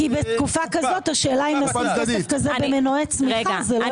כי בתקופה כזאת השאלה אם לשים כסף כזה במנועי צמיחה זה לא יותר משמעותי.